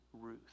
Ruth